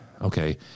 okay